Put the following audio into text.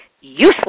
useless